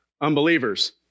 unbelievers